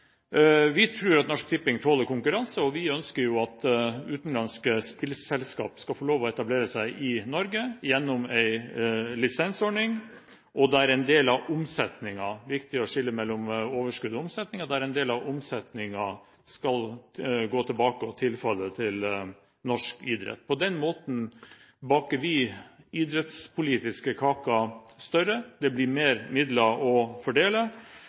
Vi tror at Norsk Tipping tåler konkurranse, og vi ønsker at utenlandske spillselskap skal få lov å etablere seg i Norge, gjennom en lisensordning og der en del av omsetningen – viktig å skille mellom overskudd og omsetning – skal gå tilbake til og tilfalle norsk idrett. På den måten baker vi den idrettspolitiske kaken større. Det blir flere midler å fordele,